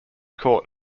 court